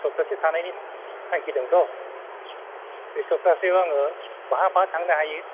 सफ्थासे थानायनि थांखि दंथ' बे सफ्थासेयाव आङो बहा बहा थांनो हायो